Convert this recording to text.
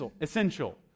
essential